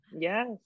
Yes